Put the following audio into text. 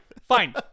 Fine